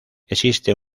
existe